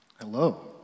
Hello